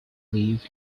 leave